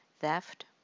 theft